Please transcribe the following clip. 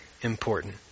important